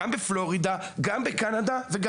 גם בפלורידה וגם